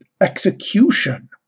execution